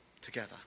Together